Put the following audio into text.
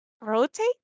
rotate